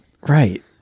Right